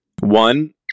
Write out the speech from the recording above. one